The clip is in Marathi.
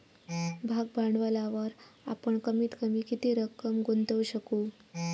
भाग भांडवलावर आपण कमीत कमी किती रक्कम गुंतवू शकू?